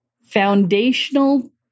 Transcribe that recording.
foundational